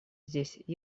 здесь